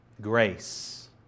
Grace